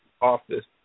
office